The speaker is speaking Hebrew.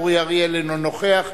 אורי אריאל, אינו נוכח.